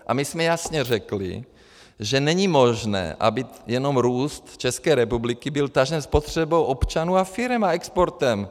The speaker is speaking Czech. A my jsme jasně řekli, že není možné, aby jenom růst České republiky byl tažen spotřebou občanů a firem a exportem.